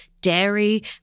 dairy